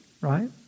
right